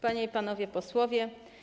Panie i Panowie Posłowie!